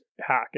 hack